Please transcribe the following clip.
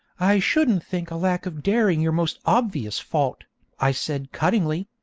i shouldn't think a lack of daring your most obvious fault i said cuttingly.